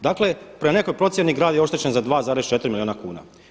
Dakle, prema nekoj procjeni grad je oštećen za 2,4 milijuna kuna.